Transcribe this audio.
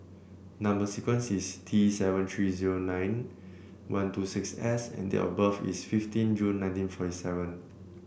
number sequence is T seven three zero nine one two six S and date of birth is fifteen June nineteen forty seven